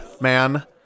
man